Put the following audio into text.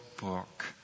book